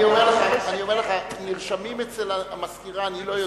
אני אומר לך, נרשמים אצל המזכירה, אני לא יודע.